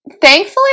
thankfully